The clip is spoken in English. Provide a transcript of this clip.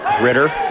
Ritter